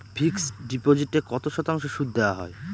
Fixed ডিপোজিটে কত শতাংশ সুদ দেওয়া হয়?